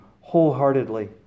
wholeheartedly